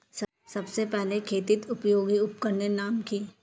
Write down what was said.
सबसे पहले खेतीत उपयोगी उपकरनेर नाम की?